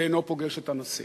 ואינו פוגש את הנשיא.